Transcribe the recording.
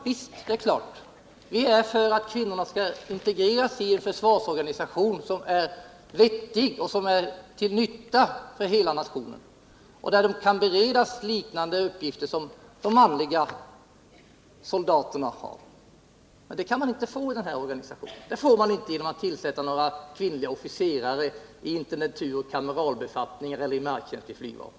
Visst, eftersom vi är för att kvinnorna skall integreras i en försvarsorganisation som är vettig och till nytta för hela nationen och där kvinnorna kan beredas samma uppgifter som manliga soldater. Men sådana uppgifter kan kvinnorna inte få i denna organisation. Det kan man inte åstadkomma genom att tillsätta några kvinnliga officerare i intendenturoch kameralbefattningar eller i marktjänst vid flygvapnet.